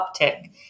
uptick